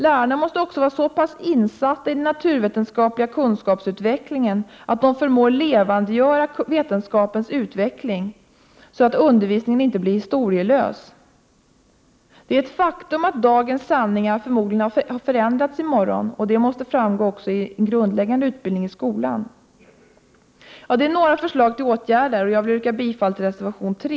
Lärarna måste också vara så pass insatta i den naturvetenskapliga kunskapsutvecklingen, att de förmår levandegöra vetenskapens utveckling så att undervisningen inte blir historielös. Det faktum att dagens sanningar förmodligen har förändrats i morgon måste framgå i den grundläggande utbildningen i skolan. Ja, det var några förslag till åtgärder. Jag vill yrka bifall till reservation 3.